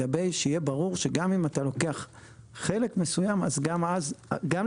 שיהיה ברור שגם אם אתה לוקח חלק מסוים אז גם לגבי